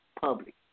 public